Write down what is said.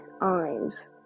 eyes